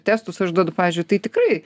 testus aš duodu pavyzdžiui tai tikrai